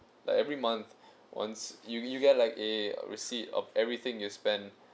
like every month once you you get like a receipt of everything you spend